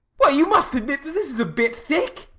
well, you must admit that this is a bit thick.